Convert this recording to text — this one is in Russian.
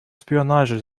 шпионаже